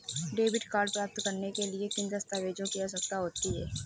Debit card प्राप्त करने के लिए किन दस्तावेज़ों की आवश्यकता होती है?